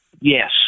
Yes